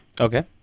okay